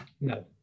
No